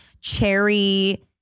cherry